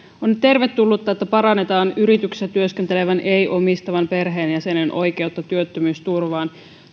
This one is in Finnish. on tervetullutta että parannetaan yrityksessä työskentelevän ei omistavan perheenjäsenen oikeutta työttömyysturvaan